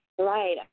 Right